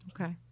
Okay